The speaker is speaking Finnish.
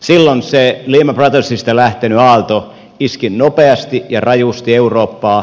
silloin se lehman brothersista lähtenyt aalto iski nopeasti ja rajusti eurooppaan